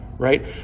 Right